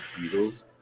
Beatles